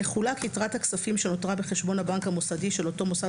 תחולק יתרת הכספים שנותרה בחשבון הבנק המוסדי של אותו מוסד